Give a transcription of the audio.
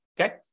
okay